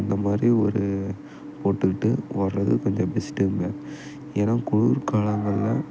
அந்த மாதிரி ஒரு போட்டுட்டு வர்றது கொஞ்சம் பெஸ்ட்டுங்க ஏன்னா குளிர்காலங்களில்